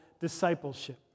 discipleship